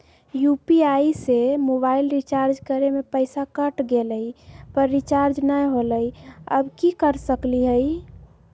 UPI से mobile recharge करे में पैसा कट गेलई, पर रिचार्ज नई होलई, अब की कर सकली हई?